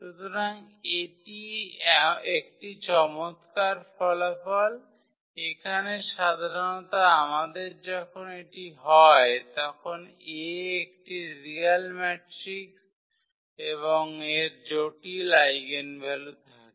সুতরাং এটি একটি চমৎকার ফলাফল এখানে সাধারণত আমাদের যখন এটি হয় তখন A একটি রিয়েল ম্যাট্রিক্স এবং এর জটিল আইগেনভ্যালু থাকে